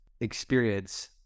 experience